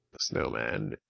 snowman